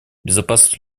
безопасность